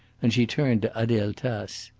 and she turned to adele tace.